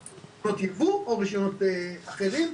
מקומי, רישיונות ייבוא או רישיונות אחרים".